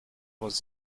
was